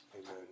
Amen